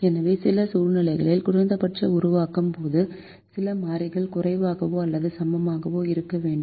எனவே சில சூழ்நிலைகளில் குறைந்தபட்சம் உருவாக்கும் போது சில மாறிகள் குறைவாகவோ அல்லது சமமாகவோ இருக்க வேண்டும்